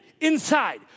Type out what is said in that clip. inside